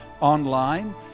online